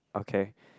okay